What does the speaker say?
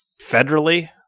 federally